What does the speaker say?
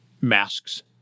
masks